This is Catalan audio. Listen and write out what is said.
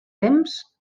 temps